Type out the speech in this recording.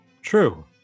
True